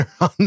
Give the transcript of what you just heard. on